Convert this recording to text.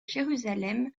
jérusalem